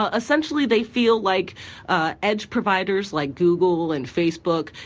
ah essentially, they feel like ah edge providers, like google and facebook,